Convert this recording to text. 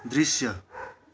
दृश्य